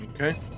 Okay